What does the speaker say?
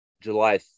July